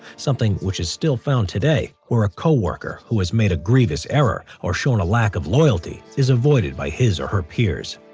something that is still found today, or a co-worker who has made a grievous error, or shown a lack of loyalty is avoided by his or her peers.